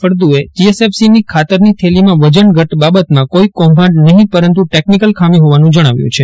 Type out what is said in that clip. ફળદ્દએ જીએસએફસીની ખાતરની થેલીમાં વજન ઘટ બાબતમાં કોઈ કૌભાંડ નહીં પરંતુ ટેકનીકલ ખામી હોવાનું જજ્ઞાવ્યું છે